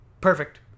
Perfect